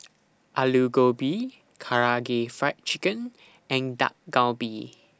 Alu Gobi Karaage Fried Chicken and Dak Galbi